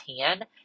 tan